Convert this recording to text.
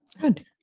Good